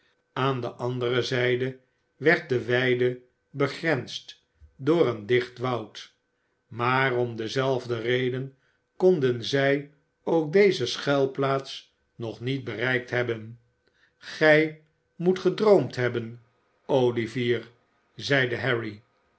aan de andere zijde werd de weide begrensd door een dicht woud maar om dezelfde reden konden zij ook deze schuilplaats nog niet bereikt hebben gij moet gedroomd hebben olivier zeide harry